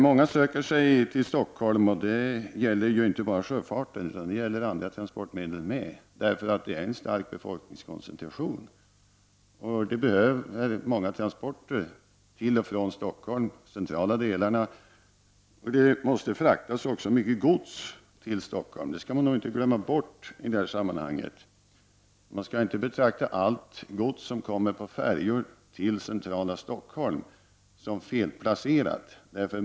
Många söker sig till Stockholm, och det gäller inte bara sjöfarten utan det gäller också andra transportmedel, eftersom det finns en stark befolkningskoncentration. Det behövs många transporter till och från de centrala delarna av Stockholm, och det måste också fraktas mycket gods till Stockholm. Det skall man nog inte glömma bort i det här sammanhanget. Man skall inte betrakta allt gods som kommer till centrala Stockholm som felplacerat.